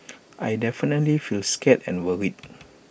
I definitely feel scared and worried